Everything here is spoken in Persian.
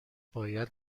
باید